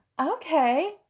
okay